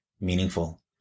meaningful